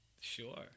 sure